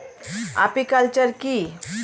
Apiculture কি?